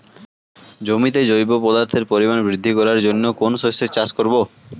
জমিতে জৈব পদার্থের পরিমাণ বৃদ্ধি করার জন্য কোন শস্যের চাষ করবো?